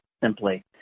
simply